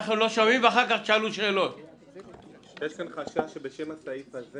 יש כאן חשש שבשם הסעיף הזה